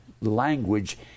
language